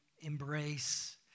embrace